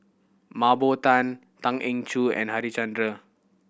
Mah Bow Tan Tan Eng Joo and Harichandra